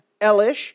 Elish